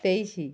ତେଇଶ